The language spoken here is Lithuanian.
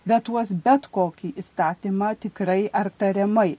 vetuos bet kokį įstatymą tikrai ar tariamai